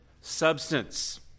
substance